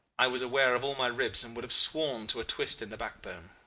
i was aware of all my ribs, and would have sworn to a twist in the back-bone.